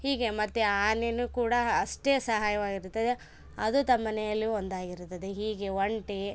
ಹೀಗೆ ಮತ್ತೆ ಆನೆನು ಕೂಡ ಅಷ್ಟೆ ಸಹಾಯವಾಗಿರುತ್ತದೆ ಅದು ತಮ್ಮನೆಯಲ್ಲಿ ಒಂದಾಗಿರುತ್ತದೆ ಹೀಗೆ ಒಂಟೆ